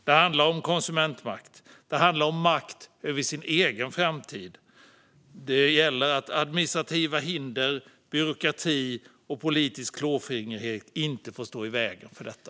Det handlar om konsumentmakt, om makt över sin egen framtid. Administrativa hinder, byråkrati och politisk klåfingrighet får inte stå i vägen för detta.